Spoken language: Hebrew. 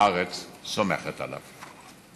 והארץ סומכת עליו.